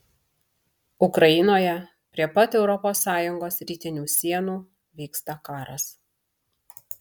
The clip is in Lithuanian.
ukrainoje prie pat europos sąjungos rytinių sienų vyksta karas